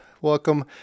Welcome